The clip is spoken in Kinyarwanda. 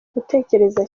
gutekereza